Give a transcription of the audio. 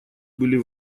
были